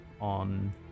on